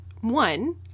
One